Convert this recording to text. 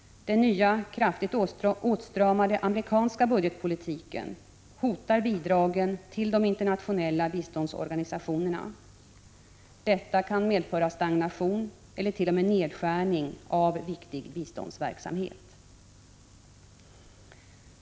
Den nya, kraftigt åtstramande amerikanska budgetpolitiken hotar bidragen till de internationella biståndsorganisationerna. Detta kan medföra stagnation eller t.o.m. nedskärning av viktig biståndsverksamhet.